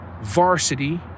varsity